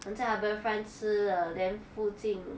我们在 harbourfront 吃了 then 附近